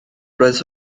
roedd